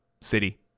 city